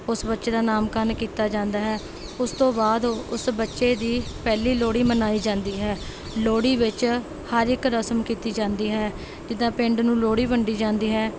ਉਸ ਬੱਚੇ ਦਾ ਨਾਮਕਰਨ ਕੀਤਾ ਜਾਂਦਾ ਹੈ ਉਸ ਤੋਂ ਬਾਅਦ ਉਸ ਬੱਚੇ ਦੀ ਪਹਿਲੀ ਲੋਹੜੀ ਮਨਾਈ ਜਾਂਦੀ ਹੈ ਲੋਹੜੀ ਵਿੱਚ ਹਰ ਇੱਕ ਰਸਮ ਕੀਤੀ ਜਾਂਦੀ ਹੈ ਜਿੱਦਾਂ ਪਿੰਡ ਨੂੰ ਲੋਹੜੀ ਵੰਡੀ ਜਾਂਦੀ ਹੈ